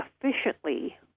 efficiently